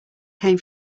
came